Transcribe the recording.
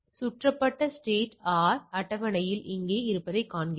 சுற்றப்பட்ட state R அட்டவணையில் அங்கே இருப்பதைக் காண்கிறது